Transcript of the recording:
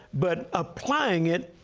but applying it.